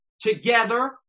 together